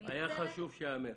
--- היה חשוב שייאמר.